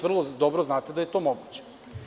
Vrlo dobro znate da je to moguće.